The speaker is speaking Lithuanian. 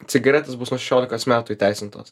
cigaretės bus šešiolikos metų įteisintos